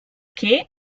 che